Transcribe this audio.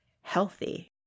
healthy